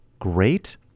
Great